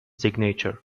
signature